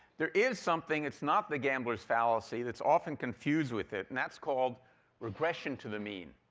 there is something it's not the gambler's fallacy that's often confused with it, and that's called regression to the mean.